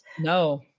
No